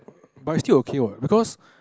but is still okay what because